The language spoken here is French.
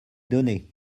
donner